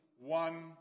one